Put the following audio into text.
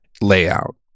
layout